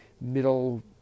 middle